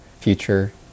future